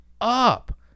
up